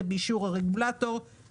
מיני רשויות חקירתיות כאלו ואחרות.